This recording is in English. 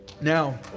Now